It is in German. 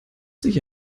sich